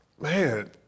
Man